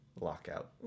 lockout